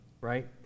right